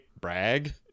brag